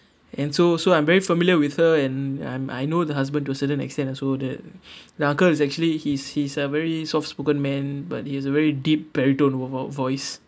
and so so I'm very familiar with her and ya I'm I know the husband to a certain extent also the the uncle is actually he's he's a very soft spoken man but he has a very deep baritone v~ voice